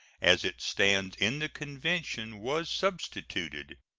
as it stands in the convention, was substituted.